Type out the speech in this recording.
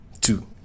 Two